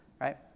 right